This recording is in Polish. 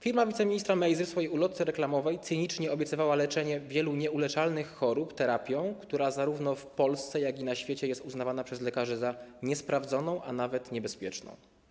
Firma wiceministra Mejzy w swojej ulotce reklamowej cynicznie obiecywała leczenie wielu nieuleczalnych chorób terapią, która zarówno w Polsce, jak i na świecie jest uznawana przez lekarzy za niesprawdzoną, a nawet niebezpieczną.